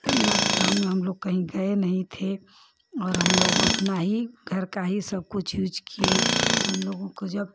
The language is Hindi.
लॉकडाउन में हमलोग कहीं गए नहीं थे और हमलोग अपने ही घर का ही सबकुछ यूज़ किए हमलोगों को जब